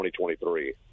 2023